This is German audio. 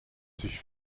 sich